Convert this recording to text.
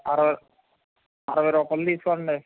అరవై అరవై రూపాయలు తీసుకోండి